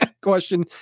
question